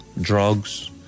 drugs